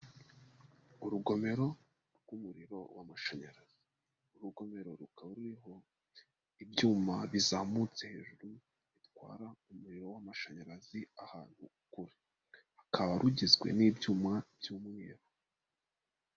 Urugomero rw'umuriro w'amashanyarazi, urugomero rukaba ruriho ibyuma bizamutse hejuru bitwara umuriro w'amashanyarazi ahantu kure, hakaba rugizwe n'ibyuma by'umweru.